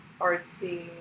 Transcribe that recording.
artsy